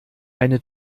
eine